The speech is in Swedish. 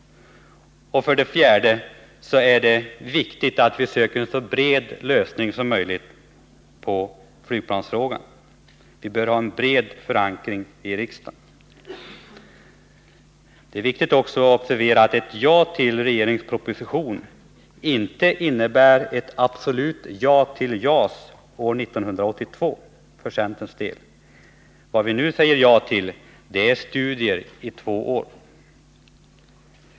För det fjärde är det viktigt att ett besiut i flygplansfrågan får en så bred förankring som möjligt i riksdagen. Det är vidare viktigt att observera att ett ja till regeringens proposition för centerns del inte innebär ett absolut ja till JAS år 1982. Vad vi nu säger ja till är studier i två år.